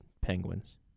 Penguins